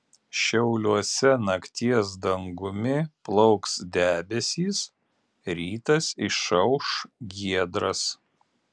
šiauliuose nakties dangumi plauks debesys rytas išauš giedras